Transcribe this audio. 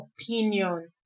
opinion